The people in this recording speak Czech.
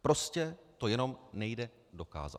Prostě to jenom nejde dokázat.